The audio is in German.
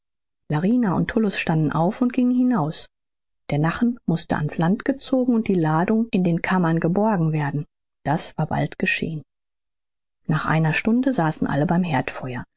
und tullus standen auf und gingen hinaus der nachen mußte ans land gezogen und die ladung in den kammern geborgen werden das war bald geschehen nach einer stunde saßen alle beim